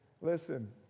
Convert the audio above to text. listen